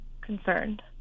concerned